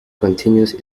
continues